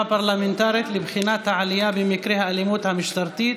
פרלמנטרית לבחינת העלייה במקרי האלימות המשטרתית,